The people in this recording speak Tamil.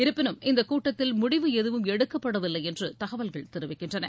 இருப்பினும் இந்தக் கூட்டத்தில் முடிவு எதுவும் எடுக்கப்படவில்லை என்று எதகவல்கள் தெரிவிக்கின்றன